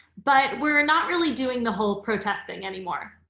but we're not really doing the whole protest thing anymore.